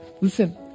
listen